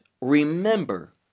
remember